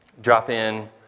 drop-in